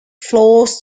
flows